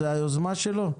זה היוזמה שלו?